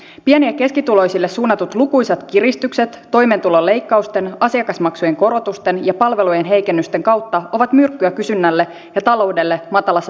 pieni ja keskituloisille suunnatut lukuisat kiristykset toimeentulon leikkausten asiakasmaksujen korotusten ja palvelujen heikennysten kautta ovat myrkkyä kysynnälle ja taloudelle matalassa suhdannetilanteessa